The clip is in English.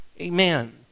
Amen